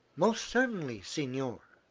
most certainly, signore.